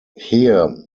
here